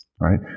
right